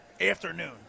afternoon